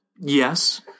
Yes